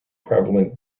prevalent